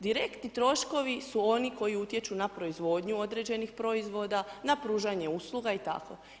Direktni troškovi su oni koji utječu na proizvodnju određenih proizvoda, na pružanje usluga i tako.